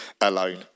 alone